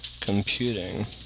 computing